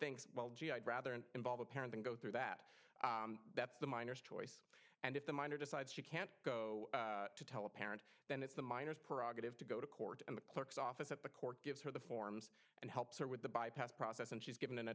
thinks well gee i'd rather an involved parent go through that that's the minors choice and if the minor decides she can't go to tell a parent then it's the minors prerogative to go to court and the clerk's office at the court gives her the forms and helps her with the bypass process and she's given an